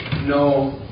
no